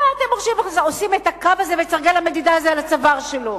מה אתם עושים את הקו הזה ואת סרגל המדידה הזה על הצוואר שלו?